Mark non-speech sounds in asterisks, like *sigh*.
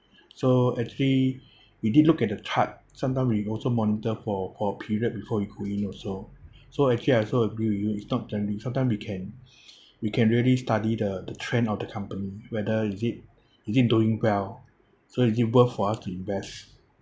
so actually *breath* we did look at the chart sometime we also monitor for for a period before we go in also so actually I also agree with you it's not gambling sometime we can *breath* we can really study the the trend of the company whether is it is it doing well so is it worth for us to invest